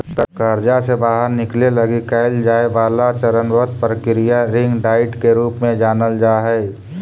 कर्जा से बाहर निकले लगी कैल जाए वाला चरणबद्ध प्रक्रिया रिंग डाइट के रूप में जानल जा हई